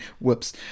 Whoops